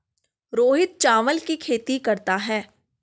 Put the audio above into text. रोहित चावल की खेती करता है